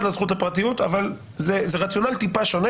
לזכות לפרטיות אבל זה רציונל טיפה שונה